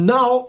Now